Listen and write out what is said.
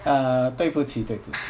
uh 对不起对不起